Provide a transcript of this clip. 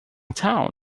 town